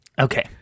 Okay